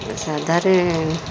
ସାଧାରେ